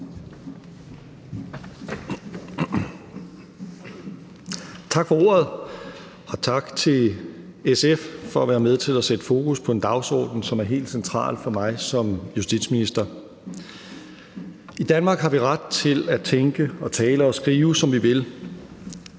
Tak for ordet. Og tak til SF for at være med til at sætte fokus på en dagsorden, som er helt central for mig som justitsminister. I Danmark har vi ret til at tænke og tale og skrive, som vi vil.